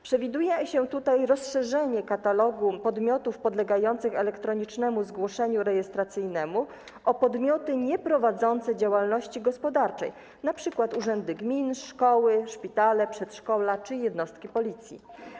Przewiduje się tutaj rozszerzenie katalogu podmiotów podlegających elektronicznemu zgłoszeniu rejestracyjnemu o podmioty nieprowadzące działalności gospodarczej, np. urzędy gmin, szkoły, szpitale, przedszkola czy jednostki Policji.